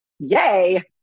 Yay